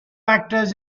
actors